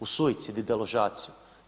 U suicid i deložaciju.